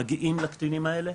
מגיעים לקטינים האלה,